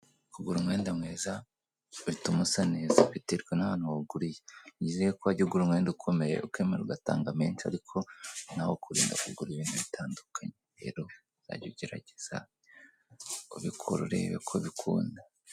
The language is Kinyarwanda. Kugura umwenda mwiza bituma usa neza. Biterwa n'ahantu wuwuguriye. Nizere ko wajya ugura umwenda ukomeye, ukemera ugatanga menshi ariko ni na wo ukurinda kugura ibintu bitandukanye. Rero uzajye igerageza ubikore urebe ko bikunda.